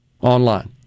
online